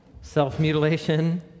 self-mutilation